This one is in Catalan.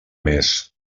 més